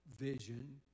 vision